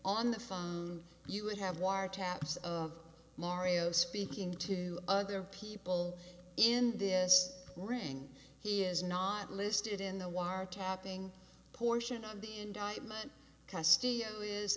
on the phone and you would have wiretaps of mario speaking to other people in this moring he is not listed in the wiretapping portion of the indictment